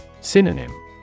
Synonym